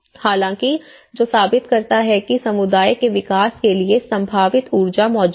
हालांकि जो साबित करता है कि समुदाय के विकास के लिए संभावित ऊर्जा मौजूद है